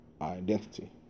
identity